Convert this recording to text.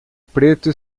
preto